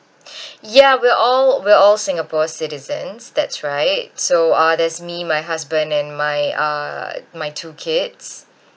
ya we're all we're all singapore citizens that's right so uh there's me my husband and my uh my two kids